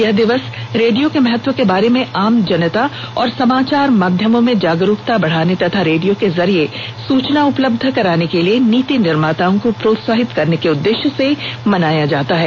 यह दिवस रेडियो के महत्व के बारे में आम जनता और समाचार माध्यमों में जागरूकता बढ़ाने तथा रेडियो के जरिये सूचना उपलब्ध कराने के लिए नीति निर्माताओं को प्रोत्साहित करने के उद्देश्य से मनाया जाता है